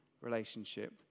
relationship